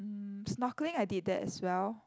mm snorkeling I did that as well